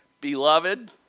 Beloved